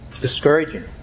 Discouraging